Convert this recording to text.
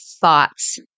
thoughts